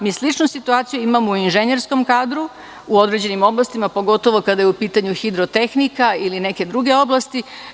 Mi sličnu situaciju imamo u inženjerskom kadru, u određenim oblastima, pogotovo kada je u pitanju hidrotehnika ili neke druge oblasti.